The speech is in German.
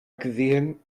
gesehen